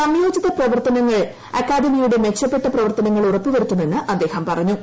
സംയോജിത പ്രവർത്തനങ്ങൾ അക്കാദമിയുടെ മെച്ചപ്പെട്ട പ്രവർത്തനങ്ങൾ ഉറപ്പുവരുത്തുമെന്ന് അദ്ദേഹം പറഞ്ഞു